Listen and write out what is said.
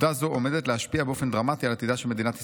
עובדה זו עומדת להשפיע באופן דרמטי על עתידה של מדינת ישראל,